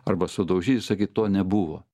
arba sudaužyt ir sakyt to nebuvo